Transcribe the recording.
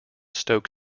stoke